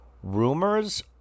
Rumors